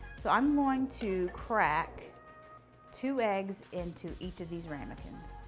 so i'm going to crack two eggs into each of these ramekins.